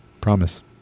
promise